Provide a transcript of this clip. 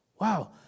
Wow